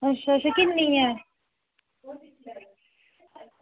अच्छा अच्छा किन्नी ऐ